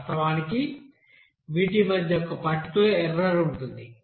వాస్తవానికి వీటి మధ్య ఒక పర్టిక్యూలర్ ఎర్రర్ ఉంటుంది